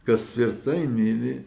kas tvirtai myli